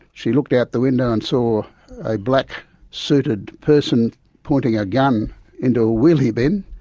she looked out the window and saw a black suited person pointing a gun into a wheelie bin.